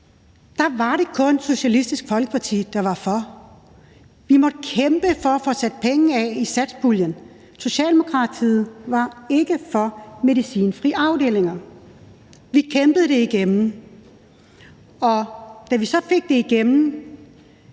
– var det kun Socialistisk Folkeparti, der var for. Vi måtte kæmpe for at få sat penge af i satspuljen. Socialdemokratiet var ikke for medicinfri afdelinger. Vi kæmpede det igennem. Og da vi så fik det igennem,